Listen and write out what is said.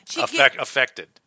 Affected